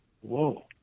whoa